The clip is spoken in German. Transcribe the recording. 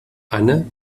anne